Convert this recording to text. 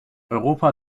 europa